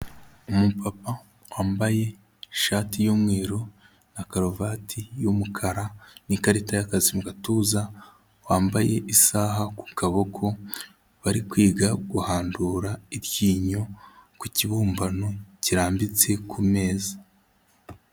Umupapa wambaye ishati y'umweru na karuvati y'umukara n'ikarita y'akazi mu gatuza, wambaye isaha ku kaboko bari kwiga guhandura iryinyo ku kibumbano kirambitse ku meza.